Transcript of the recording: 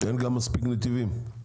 אין גם מספיק נתיבים.